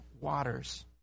waters